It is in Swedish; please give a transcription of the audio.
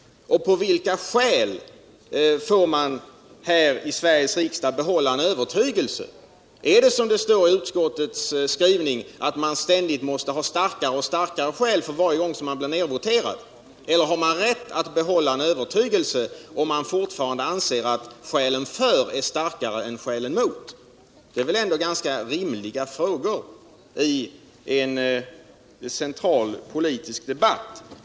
På vilka skäl får man här i Sveriges riksdag behålla en övertygelse? Är det så som det står i utskottets skrivning. att man måste ha starkare och starkare skäl för varje gång man har blivit nedvotcerad eller har man rätt att behälla en övertygelse om man fortfarande anser att skälen för är starkare än skälen mot? Det är ändå ganska rimliga frågor i en central politisk debatt.